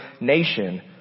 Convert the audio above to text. nation